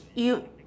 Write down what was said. you